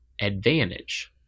advantage